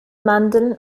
mandeln